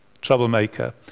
troublemaker